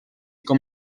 com